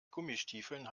gummistiefeln